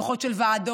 בדוחות של ועדות